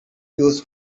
used